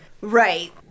Right